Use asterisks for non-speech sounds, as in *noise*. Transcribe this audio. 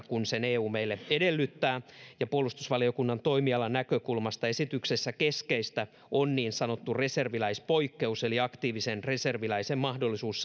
*unintelligible* kuin eu sitä meiltä edellyttää puolustusvaliokunnan toimialan näkökulmasta esityksessä keskeistä on niin sanottu reserviläispoikkeus eli aktiivisen reserviläisen mahdollisuus *unintelligible*